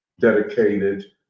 dedicated